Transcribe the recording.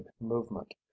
movement